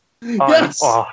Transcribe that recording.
Yes